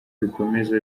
bikomeza